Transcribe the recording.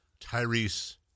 Tyrese